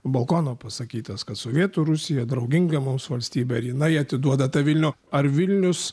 balkono pasakytas kad sovietų rusija drauginga mums valstybė ir jinai atiduoda tą vilnių ar vilnius